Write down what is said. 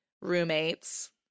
roommates